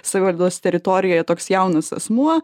savivaldos teritorijoje toks jaunas asmuo